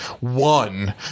one